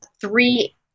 three